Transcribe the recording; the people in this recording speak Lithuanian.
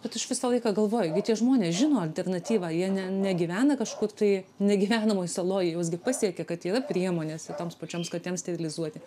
bet aš visą laiką galvoju gi tie žmonės žino alternatyvą jie ne negyvena kažkur tai negyvenamoj saloj juos gi pasiekia kad yra priemonės ir toms pačioms katėms sterilizuoti